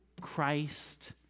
Christ